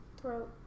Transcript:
throat